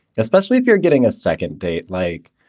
especially if you're getting a second date. like,